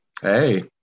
Hey